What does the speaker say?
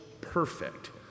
perfect